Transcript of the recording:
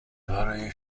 برای